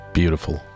beautiful